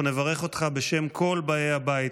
אנחנו נברך אותך בשם כל באי הבית